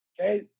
okay